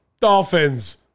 Dolphins